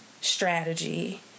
strategy